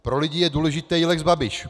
Pro lidi je důležitý lex Babiš.